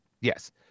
yes